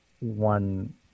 one